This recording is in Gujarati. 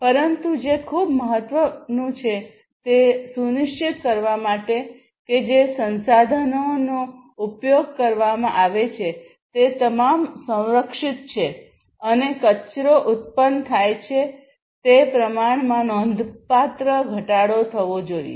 પરંતુ જે ખૂબ મહત્વનું છે તે સુનિશ્ચિત કરવા માટે કે જે સંસાધનોનો ઉપયોગ કરવામાં આવે છે તે તમામ સંરક્ષિત છે અને કચરો ઉત્પન્ન થાય છે તે પ્રમાણમાં નોંધપાત્ર ઘટાડો થવો જોઈએ